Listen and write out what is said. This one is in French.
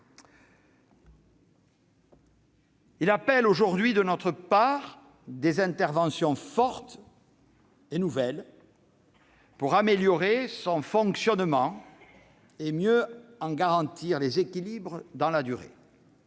ce dernier exige, de notre part, des interventions fortes et nouvelles : il faut améliorer son fonctionnement et mieux en garantir les équilibres dans la durée.